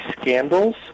scandals